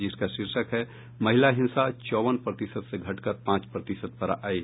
जिसका शीर्षक है महिला हिंसा चौवन प्रतिशत से घटकर पांच प्रतिशत पर आयी